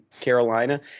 Carolina